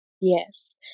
Yes